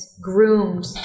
groomed